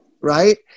right